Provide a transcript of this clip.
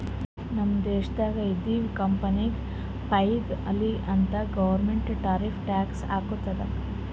ನಮ್ ದೇಶ್ದಾಗ್ ಇದ್ದಿವ್ ಕಂಪನಿಗ ಫೈದಾ ಆಲಿ ಅಂತ್ ಗೌರ್ಮೆಂಟ್ ಟಾರಿಫ್ ಟ್ಯಾಕ್ಸ್ ಹಾಕ್ತುದ್